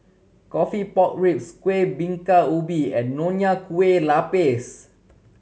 coffee pork ribs Kueh Bingka Ubi and Nonya Kueh Lapis